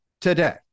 today